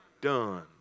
done